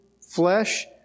flesh